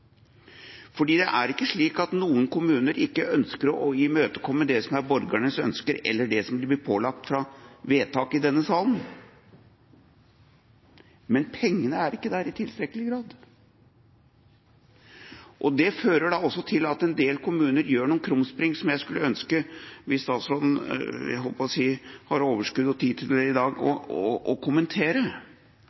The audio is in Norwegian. Det er ikke slik at noen kommuner ikke ønsker å imøtekomme det som er borgerens ønsker, eller det som blir pålagt dem etter vedtak i denne salen, men pengene er ikke der i tilstrekkelig grad. Det fører da til at en del kommuner gjør noen krumspring som jeg skulle ønske statsråden – jeg holdt på å si om han hadde overskudd og tid i dag – kunne kommentere,